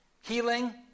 Healing